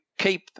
Keep